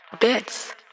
Bits